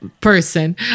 person